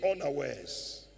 unawares